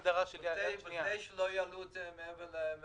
כדי שלא יעלו את זה מעבר.